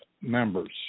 members